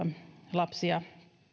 lapsia